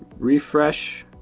refresh,